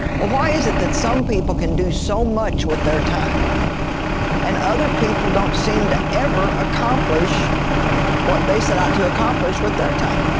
ah why is it that some people can do so much with their time and other people don't seem to ever accomplish what they set out to accomplish with their time,